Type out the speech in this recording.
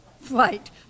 flight